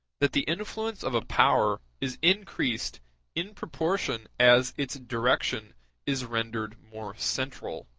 that the influence of a power is increased in proportion as its direction is rendered more central.